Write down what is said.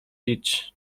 ditch